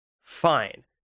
fine